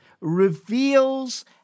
reveals